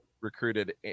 recruited